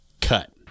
Cut